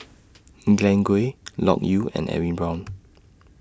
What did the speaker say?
Glen Goei Loke Yew and Edwin Brown